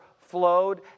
flowed